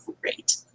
great